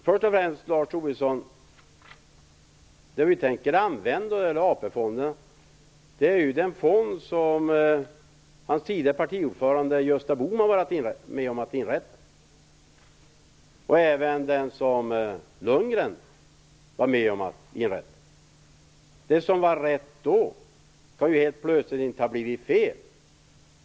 Först och främst, Lars Tobisson, vill jag säga att det vi tänker använda när det gäller AP-fonderna är den fond som er tidigare partiordförande Gösta Bohman varit med om att inrätta, och även den som Lundgren var med om att inrätta. Det som var rätt då kan väl helt plötsligt inte ha blivit fel?